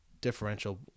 differential